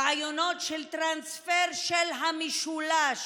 רעיונות של טרנספר של המשולש